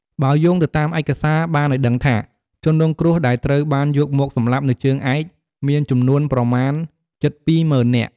បើយោងទៅតាមឯកសារ បានឲ្យដឹងថា ជនរងគ្រោះដែលត្រូវបានយកមកសម្លាប់នៅជើងឯក មានចំនួនប្រមាណជិត២ម៉ឺននាក់។